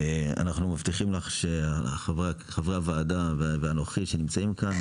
אנחנו מבטיחים לך לחברי הוועדה ואנוכי שנמצאים כאן,